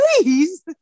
Please